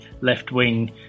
left-wing